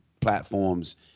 platforms